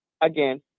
again